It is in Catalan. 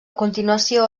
continuació